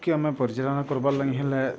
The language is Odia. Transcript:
କି ଆମେ ପରିଚାଳନା କରବାର ଲଙ୍ଗି ହେଲେ